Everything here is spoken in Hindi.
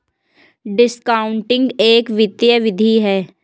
डिस्कॉउंटिंग एक वित्तीय विधि है